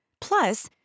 Plus